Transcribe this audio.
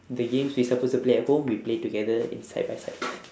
the games we suppose to play at home we play together in side by side